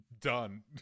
Done